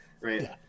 right